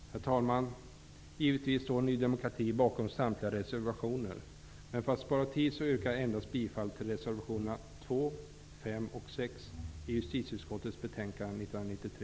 Herr talman! Givetvis står Ny demokrati bakom samtliga reservationer, men för att spara tid yrkar jag endast bifall till reservationerna 2, 5 och 6, som är fogade till justitieutskottets betänkande